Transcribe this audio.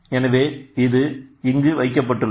எனவே இது இங்கு வைக்கப்பட்டுள்ளது